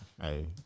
Hey